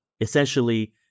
essentially